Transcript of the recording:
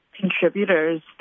contributors